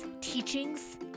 teachings